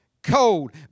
Cold